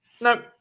No